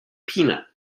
peanut